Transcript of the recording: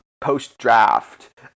post-draft